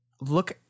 look